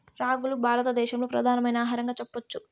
రాగులు భారత దేశంలో ప్రధానమైన ఆహారంగా చెప్పచ్చు